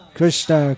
Krishna